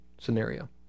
scenario